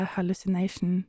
Hallucination